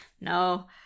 no